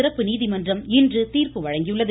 சிறப்பு நீதிமன்றம் இன்று தீர்ப்பு வழங்கியுள்ளது